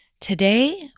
Today